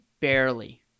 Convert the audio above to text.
barely